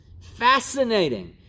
Fascinating